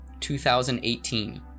2018